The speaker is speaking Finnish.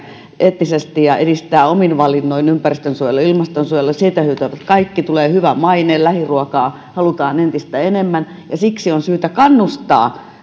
eettisesti ja edistää omin valinnoin ympäristönsuojelua ja ilmastonsuojelua siitä hyötyvät kaikki tulee hyvä maine lähiruokaa halutaan entistä enemmän ja siksi on syytä kannustaa